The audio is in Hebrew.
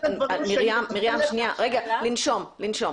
רגע, לנשום.